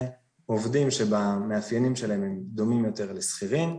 עובדים שבמאפיינים שלהם הם דומים יותר לשכירים,